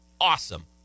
awesome